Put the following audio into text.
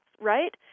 right